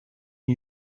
new